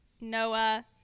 noah